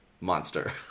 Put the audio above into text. monster